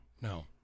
No